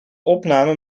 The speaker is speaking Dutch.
opname